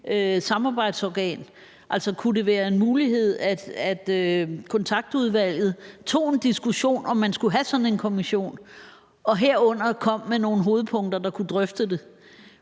samarbejdsorgan? Altså, kunne det være en mulighed, at Kontaktudvalget tog en diskussion om, om man skulle have sådan en kommission, herunder kom med nogle hovedpunkter til at drøfte det?